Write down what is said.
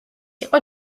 იყო